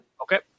Okay